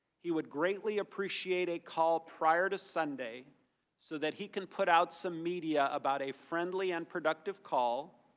he would greatly appreciate a call prior to sunday so that he can put out some media about a friendly and productive call,